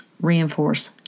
reinforce